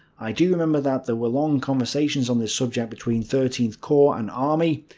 i do remember that there were long conversations on this subject between thirteen corps and army,